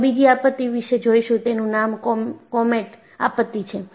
હવે બીજી આપત્તિ વિશે જોઈશું તેનું નામ કોમેટ આપત્તિ છે